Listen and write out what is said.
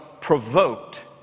provoked